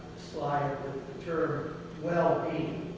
ah the term well-being.